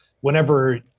Whenever